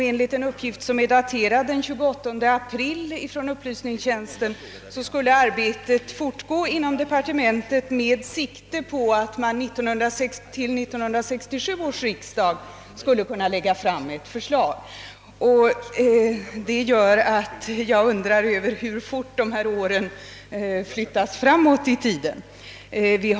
Enligt en uppgift, daterad den 28 april, från upplysningstjänsten skulle arbetet fortgå inom departementet med sikte på att man till 1967 års riksdag skulle kunna lägga fram ett förslag. Detta gör att jag undrar över hur fort tidpunkten för förslagets framläggande = flyttas framåt.